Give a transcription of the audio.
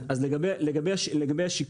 אז לגבי השיקום: